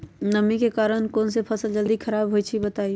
नमी के कारन कौन स फसल जल्दी खराब होई छई बताई?